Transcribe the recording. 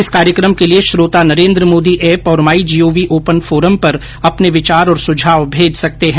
इस कार्यक्रम के लिए श्रोता नरेन्द्र मोदी एप और my G O V open forum पर अपने विचार और सुझाव मेज सकते हैं